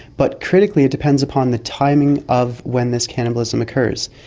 but critically it depends upon the timing of when this cannibalism occurs.